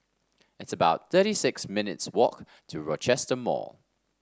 it's about thirty six minutes' walk to Rochester Mall